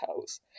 house